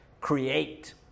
create